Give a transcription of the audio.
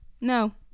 No